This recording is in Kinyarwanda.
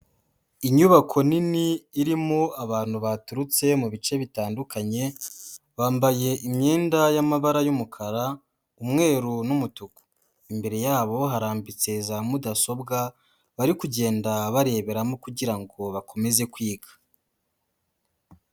Inyubako nini irimo abantu baturutse mu bice bitandukanye bambaye imyenda y'amabara y'umukara umweru n'umutuku, imbere yabo harambitse za mudasobwa bari kugenda bareberamo kugira ngo bakomeze kwiga.